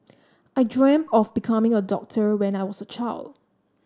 I dreamt of becoming a doctor when I was a child